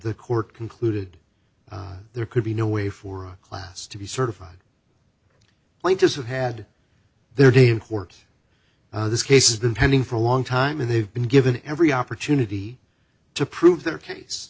the court concluded there could be no way for a class to be certified plaintiffs have had their day in court this case has been pending for a long time and they've been given every opportunity to prove their case